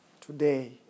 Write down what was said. today